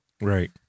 Right